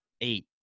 Eight